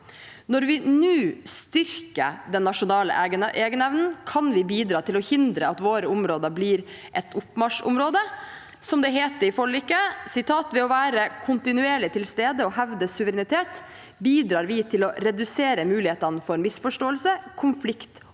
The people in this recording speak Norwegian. Når vi nå styrker den nasjonale egenevnen, kan vi bidra til å hindre at våre områder blir et oppmarsjområde. Som det heter i forliket: «Ved å være kontinuerlig til stede og hevde suverenitet, bidrar vi til å redusere mulighetene for misforståelser, konflikt og